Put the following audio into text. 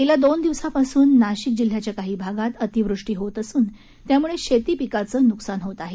गेल्या दोन दिवसांपासून नाशिक जिल्ह्याच्या काही भागात अतिवृष्टी होत असून त्यामुळे शेतपीकांचे नुकसान होत आहे